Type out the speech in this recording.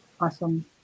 Awesome